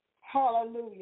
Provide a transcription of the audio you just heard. hallelujah